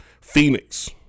Phoenix